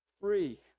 free